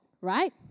right